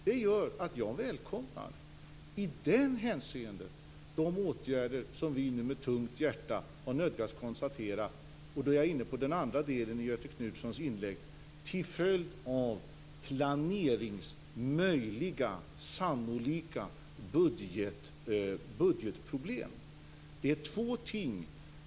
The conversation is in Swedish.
Det gör att jag i det hänseendet välkomnar de åtgärder som vi nu med tungt hjärta nödgas vidta - jag är då inne på den andra delen av Göthe Knutsons inlägg - till följd av möjliga, sannolika budgetproblem. Det är två ting.